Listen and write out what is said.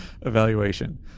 evaluation